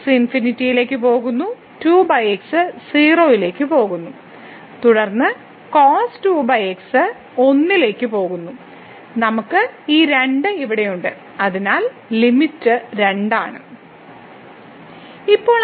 x ∞ ലേക്ക് പോകുന്നു 2 x 0 ലേക്ക് പോകുന്നു തുടർന്ന് 1 ലേക്ക് പോകുന്നു നമുക്ക് ഈ 2 ഇവിടെയുണ്ട് അതിനാൽ ലിമിറ്റ് 2 ആണ്